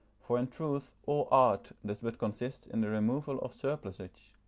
for in truth all art does but consist in the removal of surplusage,